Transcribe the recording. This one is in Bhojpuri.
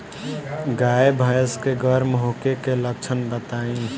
गाय भैंस के गर्म होखे के लक्षण बताई?